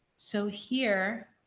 so here.